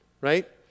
right